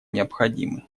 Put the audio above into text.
необходимы